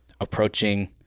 approaching